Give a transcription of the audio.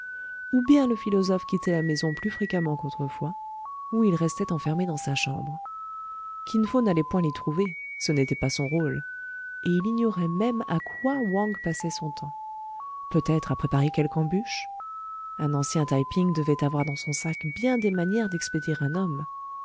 ou bien le philosophe quittait la maison plus fréquemment qu'autrefois ou il restait enfermé dans sa chambre kin fo n'allait point l'y trouver ce n'était pas son rôle et il ignorait même à quoi wang passait son temps peut-être à préparer quelque embûche un ancien taï ping devait avoir dans son sac bien des manières d'expédier un homme